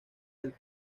del